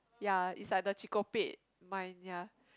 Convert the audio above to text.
yea is like the Chee-Ko-Pek mind yea